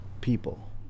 people